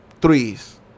threes